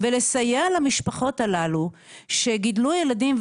ולסייע למשפחות הללו שגידלו ילדים,